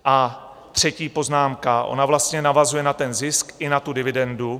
A třetí poznámka, ona vlastně navazuje na ten zisk i na tu dividendu.